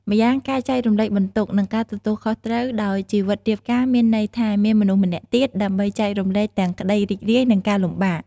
ម្យ៉ាង ការចែករំលែកបន្ទុក និងការទទួលខុសត្រូវ ដោយជីវិតរៀបការមានន័យថាមានមនុស្សម្នាក់ទៀតដើម្បីចែករំលែកទាំងក្តីរីករាយ និងការលំបាក។